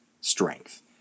strength